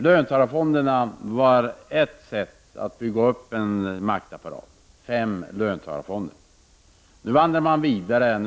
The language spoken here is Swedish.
Löntagarfonderna, fem stycken, var ett sätt att bygga upp en maktapparat. Nu vandrar man vidare.